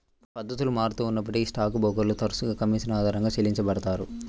పద్ధతులు మారుతూ ఉన్నప్పటికీ స్టాక్ బ్రోకర్లు తరచుగా కమీషన్ ఆధారంగా చెల్లించబడతారు